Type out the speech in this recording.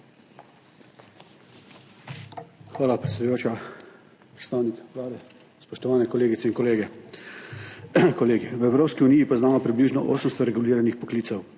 Hvala, predsedujoča. Predstavniki Vlade, spoštovane kolegice in kolegi! V Evropski uniji poznamo približno 800 reguliranih poklicev.